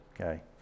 okay